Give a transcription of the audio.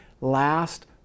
last